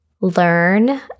learn